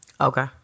Okay